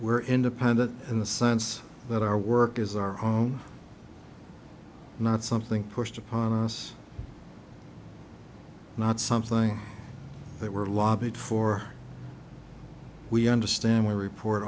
are independent in the sense that our work is our home not something pushed upon us not something that we're lobbied for we understand we report